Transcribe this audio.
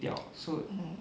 mmhmm